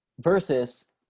versus